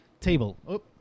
table